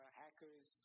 hackers